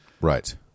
Right